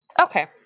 Okay